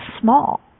small